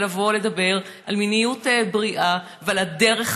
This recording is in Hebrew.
לבוא ולדבר על מיניות בריאה ועל הדרך